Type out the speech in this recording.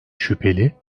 şüpheli